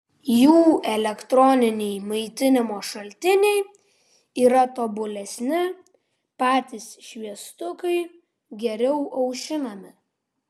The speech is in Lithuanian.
jų elektroniniai maitinimo šaltiniai yra tobulesni patys šviestukai geriau aušinami